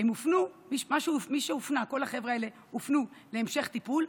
וכל החבר'ה האלה הופנו להמשך טיפול,